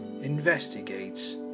investigates